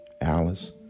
Alice